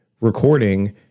recording